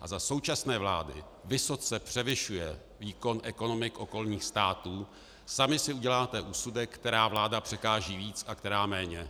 a za současné vlády vysoce převyšuje výkon ekonomik okolních států, sami si uděláte úsudek, která vláda překáží víc a která méně.